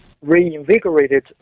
reinvigorated